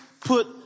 put